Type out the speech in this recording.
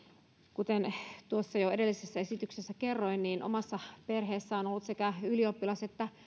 kuten jo edellisessä esityksessä kerroin niin omassa perheessäni on ollut sekä ylioppilas että